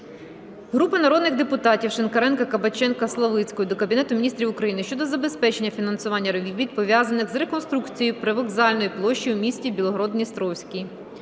Групи народних депутатів (Шинкаренка, Кабаченка, Славицької) до Кабінету Міністрів України щодо забезпечення фінансування робіт, пов'язаних з реконструкцією Привокзальної площі у місті Білгород-Дністровський.